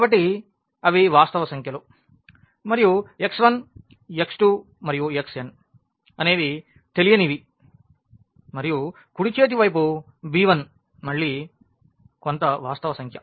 కాబట్టి అవి వాస్తవ సంఖ్యలు మరియు x1 x2 xn అనేవి తెలియనివి మరియు కుడి చేతి వైపు b1 మళ్ళీ కొంత వాస్తవ సంఖ్య